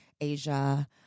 Asia